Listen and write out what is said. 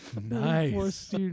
Nice